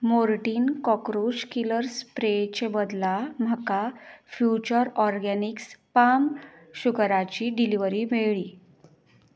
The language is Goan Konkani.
मोर्टीन कॉकरोच किलर स्प्रेयचे बदला म्हाका फ्युचर ऑरगॅनिक्स पाम शुगराची डिलिव्हरी मेळ्ळी